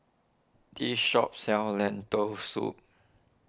this shop sells Lentil Soup